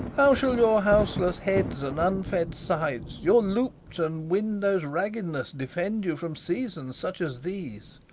how shall your houseless heads and unfed sides, your loop'd and window'd raggedness, defend you from seasons such as these?